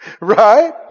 Right